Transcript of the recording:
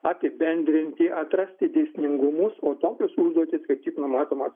apibendrinti atrasti dėsningumus o tokios užduotys kaip tik numatomos